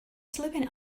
sleeping